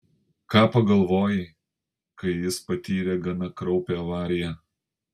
ką pagalvojai kai jis patyrė gana kraupią avariją